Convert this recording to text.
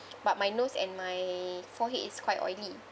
but my nose and my forehead is quite oily